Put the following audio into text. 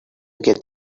get